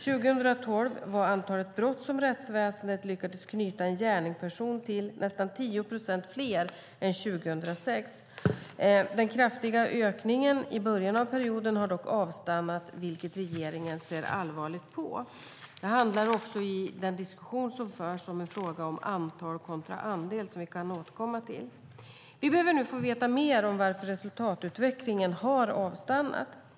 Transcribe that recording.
År 2012 var antalet brott som rättsväsendet lyckats knyta en gärningsperson till nästan 10 procent fler än 2006. Den kraftiga ökningen i början av perioden har dock avstannat, vilket regeringen ser allvarligt på. Det handlar också i den diskussion som förs om antal kontra andel, vilket vi kan återkomma till. Vi behöver nu få veta mer om varför resultatutvecklingen har avstannat.